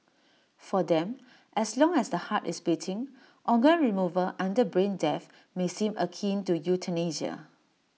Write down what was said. for them as long as the heart is beating organ removal under brain death may seem akin to euthanasia